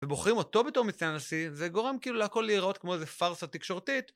ובוחרים אותו בתור מצטיין הנשיא, זה גורם כאילו לאכול לראות כמו איזה פרסה תקשורתית.